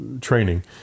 training